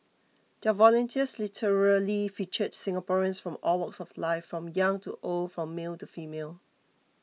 their volunteers literally featured Singaporeans from all walks of life from young to old from male to female